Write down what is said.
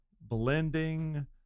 blending